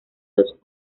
los